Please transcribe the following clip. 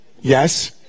Yes